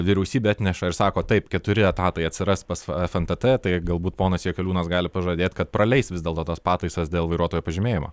vyriausybė atneša ir sako taip keturi etatai atsiras pas fntt tai galbūt ponas jakeliūnas gali pažadėt kad praleis vis dėlto tas pataisas dėl vairuotojo pažymėjimo